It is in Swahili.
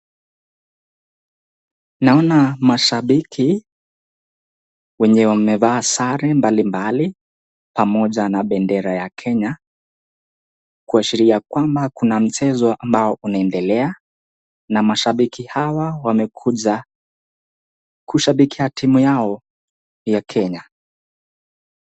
Ninaona mashabiki wenye wamevaa sare mbalimbali pamoja na bendera ya Kenya, kuashiria kwamba kuna mchezo ambao unaendelea, na mashabiki hawa wamekuja kushabikia timu yao ya Kenya.